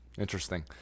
interesting